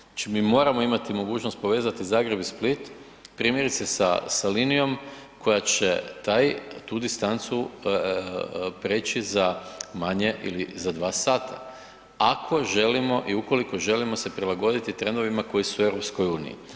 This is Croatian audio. Znači mi moramo imati mogućnost povezati Zagreb i Split primjerice sa linijom koja će taj, tu distancu preći za manje ili za 2 sata ako želimo i ukoliko želimo se prilagoditi trendovima koji su u EU.